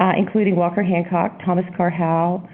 um including walker hancock, thomas carr howe,